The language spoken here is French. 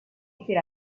était